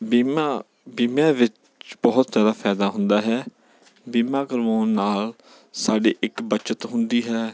ਬੀਮਾ ਬੀਮਿਆਂ ਵਿੱਚ ਬਹੁਤ ਜ਼ਿਆਦਾ ਫਾਇਦਾ ਹੁੰਦਾ ਹੈ ਬੀਮਾ ਕਰਵਾਉਣ ਨਾਲ ਸਾਡੀ ਇੱਕ ਬੱਚਤ ਹੁੰਦੀ ਹੈ